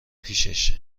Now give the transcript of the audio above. پیشش